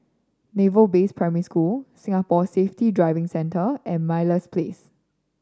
Naval Base Primary School Singapore Safety Driving Centre and Meyer Place